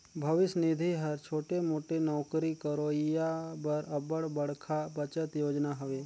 भविस निधि हर छोटे मोटे नउकरी करोइया बर अब्बड़ बड़खा बचत योजना हवे